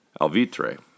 Alvitre